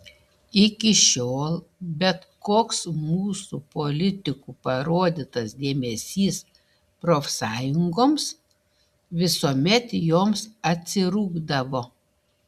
iki šiol bet koks mūsų politikų parodytas dėmesys profsąjungoms visuomet joms atsirūgdavo